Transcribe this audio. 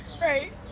right